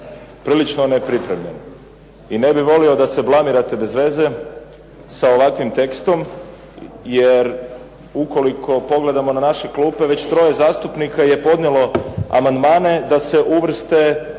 prilično nepripremljen i ne bi volio da se blamirate bez veze sa ovakvim tekstom jer ukoliko pogledamo na naše klupe već troje zastupnika je podnijelo amandmane da se uvrste